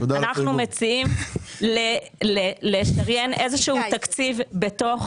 אנחנו מציעים לשריין איזה שהוא תקציב בתוך